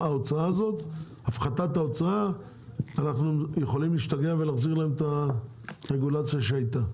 אנחנו יכולים להשתגע ולהחזיר להם את הרגולציה שהייתה.